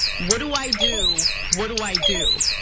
what do i do? what do i do?